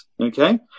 Okay